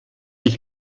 ich